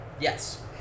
Yes